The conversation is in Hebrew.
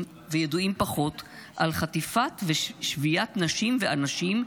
וידועים פחות על חטיפת ושביית נשים ואנשים,